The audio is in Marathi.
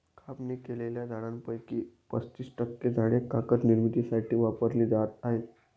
कापणी केलेल्या झाडांपैकी पस्तीस टक्के झाडे कागद निर्मितीसाठी वापरली जात आहेत